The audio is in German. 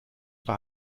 war